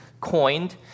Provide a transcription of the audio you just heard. coined